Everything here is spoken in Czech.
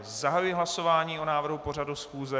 Zahajuji hlasování o návrhu pořadu schůze.